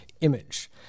image